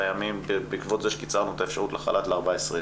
הימים בעקבות זה שקיצרנו את האפשרות לחל"ת ל-14 יום,